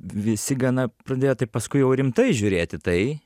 visi gana pradėjo taip paskui jau rimtai žiūrėt į tai